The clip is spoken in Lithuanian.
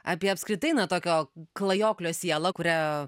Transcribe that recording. apie apskritai na tokio klajoklio sielą kurią